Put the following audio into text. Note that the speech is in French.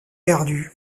perdue